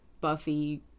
Buffy